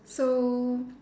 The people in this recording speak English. so